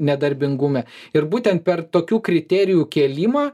nedarbingume ir būtent per tokių kriterijų kėlimą